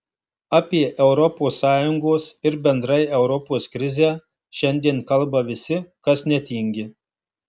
apie europos sąjungos ir bendrai europos krizę šiandien kalba visi kas netingi